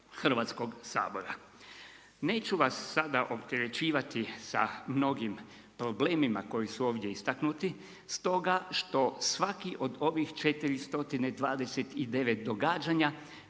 Hrvatskog sabora. Neću vas sada opterećivati sa mnogim problemima koji su ovdje istaknuti stoga što svaki od ovih 429 događanja.